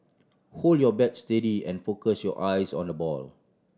hold your bat steady and focus your eyes on the ball